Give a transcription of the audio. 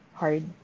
hard